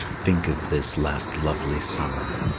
think of this last lovely summer!